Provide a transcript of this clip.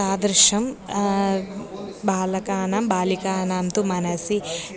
तादृशं बालकानां बालिकानां तु मनसि